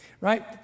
right